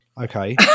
Okay